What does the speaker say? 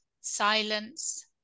silence